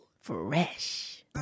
fresh